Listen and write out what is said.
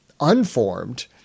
unformed